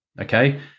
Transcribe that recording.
okay